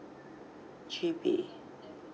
G_B